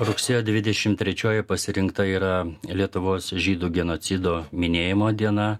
rugsėjo dvidešim trečioji pasirinkta yra lietuvos žydų genocido minėjimo diena